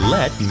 Let